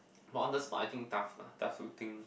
but on the spot I think tough lah tough to think